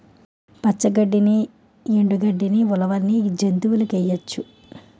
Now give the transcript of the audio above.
పచ్చ గడ్డిని ఎండు గడ్డని ఉలవల్ని జంతువులకేయొచ్చు